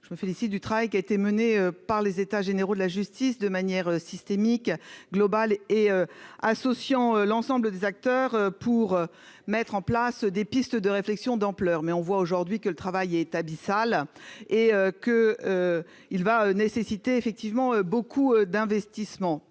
je me félicite du travail qui a été menée par les états généraux de la justice de manière systémique globale et associant l'ensemble des acteurs pour mettre en place des pistes de réflexion, d'ampleur mais on voit aujourd'hui que le travail est abyssal, et que il va nécessiter effectivement beaucoup d'investissement